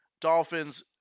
Dolphins